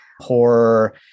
horror